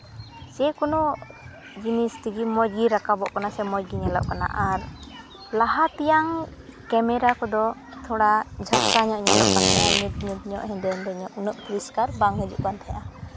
ᱡᱮ ᱠᱳᱱᱳ ᱡᱤᱱᱤᱥ ᱛᱮᱜᱮ ᱢᱚᱡᱽ ᱜᱮ ᱨᱟᱠᱟᱵᱚᱜ ᱠᱟᱱᱟ ᱥᱮ ᱢᱚᱡᱽ ᱜᱮ ᱧᱮᱞᱚᱜᱚᱜ ᱠᱟᱱᱟ ᱟᱨ ᱞᱟᱦᱟ ᱛᱮᱭᱟᱜ ᱠᱮᱢᱮᱨᱟ ᱠᱚᱫᱚ ᱛᱷᱚᱲᱟ ᱡᱷᱟᱯᱥᱟ ᱧᱚᱜ ᱧᱮᱞᱚᱜ ᱠᱟᱱ ᱛᱟᱦᱮᱱ ᱧᱩᱛ ᱧᱩᱛ ᱧᱚᱜ ᱦᱮᱸᱫᱮ ᱧᱚᱜ ᱩᱱᱟᱹᱜ ᱯᱚᱨᱤᱥᱠᱟᱨ ᱵᱟᱝ ᱦᱤᱡᱩᱜ ᱠᱟᱱ ᱛᱟᱦᱮᱱᱟ